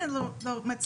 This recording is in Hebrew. זה לא מצליח.